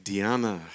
Diana